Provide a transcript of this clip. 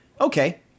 Okay